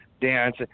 dance